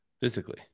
physically